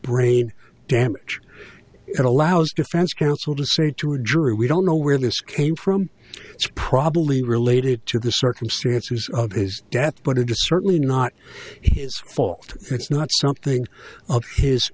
brain damage it allows defense counsel to say to a jury we don't know where this came from it's probably related to the circumstances of his death but it certainly not his fault it's not something of his